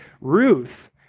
Ruth